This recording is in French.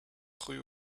rue